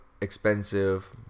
expensive